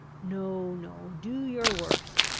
no, no, do your worst!